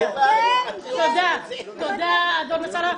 תודה, אדון מסלה.